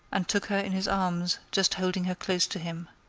and took her in his arms, just holding her close to him.